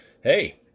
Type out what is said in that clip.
hey